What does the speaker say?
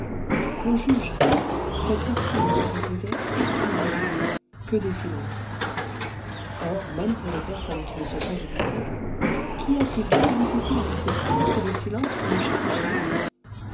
qu'on juge cette partie ne se composait exclusivement que de silences or même pour les personnes qui ne sont pas du métier qu'y a-t-il de plus difficile à exécuter que le silence pour le